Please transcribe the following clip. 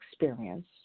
experience